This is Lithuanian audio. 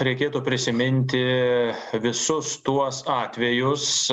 reikėtų prisiminti visus tuos atvejus